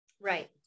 Right